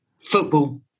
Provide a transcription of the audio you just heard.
football